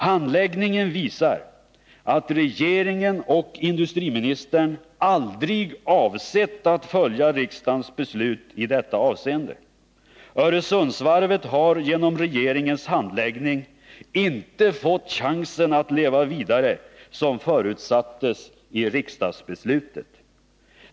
Handläggningen visar att regeringen och industriministern aldrig avsett att följa riksdagens beslut i detta avseende. Öresundsvarvet har genom regeringens handläggning inte fått chansen att leva vidare som förutsattes i riksdagsbeslutet.